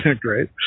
great